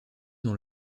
dans